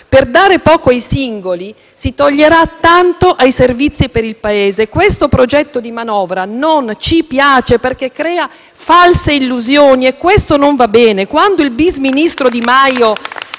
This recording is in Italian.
Per dare poco ai singoli, si toglierà tanto ai servizi per il Paese. Questo progetto di manovra non ci piace, perché crea false illusioni; e questo non va bene. *(Applausi dal